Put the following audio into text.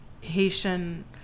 Haitian